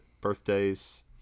birthdays